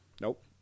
Nope